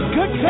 Good